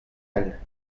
all